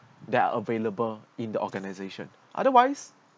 their available in the organization otherwise